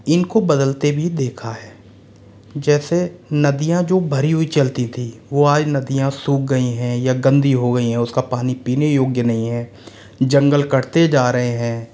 इनको बदलते भी देखा है जैसे नदियाँ जो भरी हुई चलती थीं वो आज नदियाँ सुख गई हैं या गंदी हो गई है उसका पानी पीने योग्य नहीं है जंगल कटते जा रहे हैं